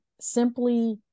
simply